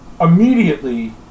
immediately